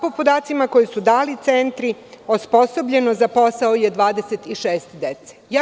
Po podacima koje su dali centri, osposobljeno za posao je 26 dece.